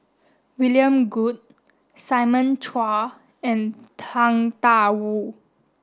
William Goode Simon Chua and Tang Da Wu